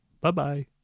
Bye-bye